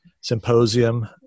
symposium